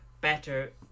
better